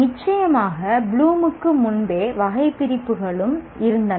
நிச்சயமாக ப்ளூமுக்கு முன்பே வகைபிரிப்புகளும் இருந்தன